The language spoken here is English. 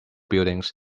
buildings